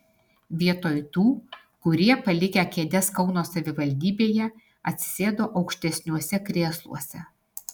vietoj tų kurie palikę kėdes kauno savivaldybėje atsisėdo aukštesniuose krėsluose